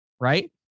right